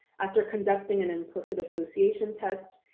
after conducting an implicit association test,